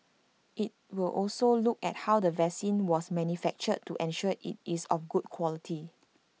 IT will also look at how the vaccine was manufactured to ensure IT is of good quality